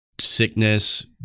sickness